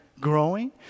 growing